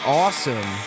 awesome